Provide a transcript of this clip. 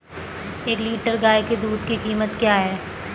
एक लीटर गाय के दूध की कीमत क्या है?